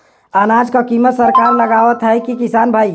अनाज क कीमत सरकार लगावत हैं कि किसान भाई?